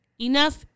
enough